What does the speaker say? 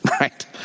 right